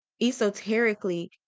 esoterically